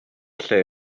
lle